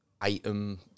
item